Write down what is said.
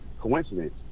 coincidence